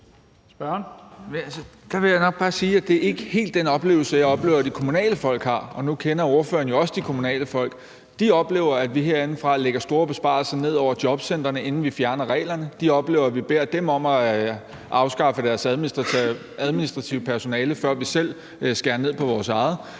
helt er den oplevelse, jeg oplever at de kommunale folk har, og nu kender ordføreren jo også de kommunale folk. De oplever, at vi herindefra lægger store besparelser ned over jobcentrene, inden vi fjerner reglerne. De oplever, at vi beder dem om at afskaffe deres administrative personale, før vi selv skærer ned på vores eget.